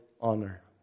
honor